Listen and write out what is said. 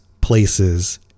places